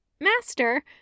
Master